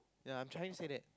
ya I'm trying to say that